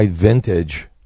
Vintage